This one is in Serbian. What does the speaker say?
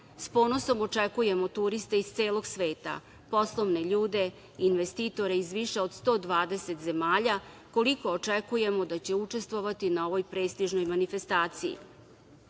ponosom očekujemo turiste iz celog sveta, poslovne ljude, investitore iz više od 120 zemalja, koliko očekujemo da će učestvovati na ovoj prestižnoj manifestaciji. Dakle,